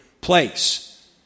place